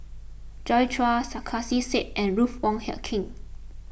Joi Chua Sarkasi Said and Ruth Wong Hie King